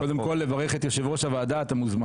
אתה מוזמן קודם כל לברך את יושב ראש הוועדה על בחירתו.